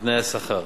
בתנאי השכר.